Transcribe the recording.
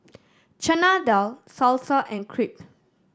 Chana Dal Salsa and Crepe